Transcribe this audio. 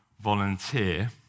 volunteer